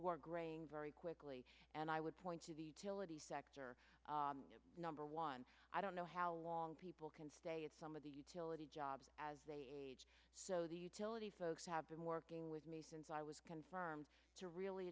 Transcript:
were graying very quickly and i would point to the tale of the sector number one i don't know how long people can stay at some of the utility jobs as they age so the utility folks have been working with me since i was confirmed to really